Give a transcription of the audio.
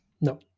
No